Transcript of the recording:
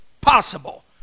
possible